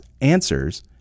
answers